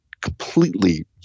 completely